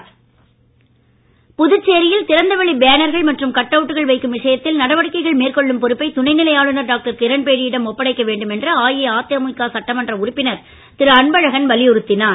அன்பழகன் புதுச்சேரியில் திறந்த வெளி பேனர்கள் மற்றும் கட்அவுட்டுகள் வைக்கும் விஷயத்தில் நடவடிக்கைகள் மேற்கொள்ளும் பொறுப்பை துணை நிலை ஆளுநர் டாக்டர் கிரண்பேடியிடம் ஒப்படைக்க வேண்டும் என்று அதிமுக சட்டமன்ற உறுப்பினர் திரு அன்பழகன் வலியுறுத்தினார்